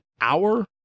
hour